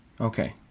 Okay